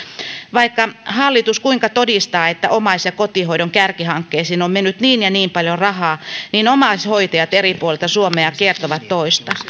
vaikka hallitus kuinka todistaa että omais ja kotihoidon kärkihankkeisiin on mennyt niin ja niin paljon rahaa niin omaishoitajat eri puolilta suomea kertovat toista